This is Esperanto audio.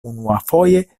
unuafoje